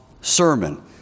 sermon